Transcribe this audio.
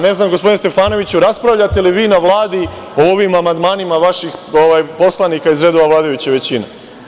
Ne znam, gospodine Stefanoviću, raspravljate li vi na Vladi o ovim amandmanima vaših poslanika iz redova vladajuće većine?